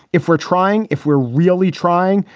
if we're trying, if we're really trying,